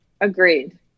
Agreed